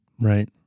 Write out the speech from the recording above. right